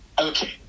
Okay